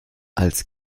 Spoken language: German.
als